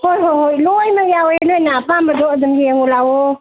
ꯍꯣꯏ ꯍꯣꯏ ꯍꯣꯏ ꯂꯣꯏꯅ ꯌꯥꯎꯋꯦ ꯅꯣꯏꯅ ꯑꯄꯥꯝꯕꯗꯣ ꯑꯗꯨꯝ ꯌꯦꯡꯉꯣ ꯂꯥꯎꯋꯣ